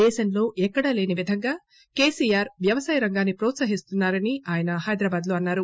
దేశంలో ఎక్కడా లేనివిధంగా కేసీఆర్ వ్యవసాయ రంగాన్ని ప్రోత్సహిస్తున్న రని ఆయన హైదరాబాద్ లో అన్నారు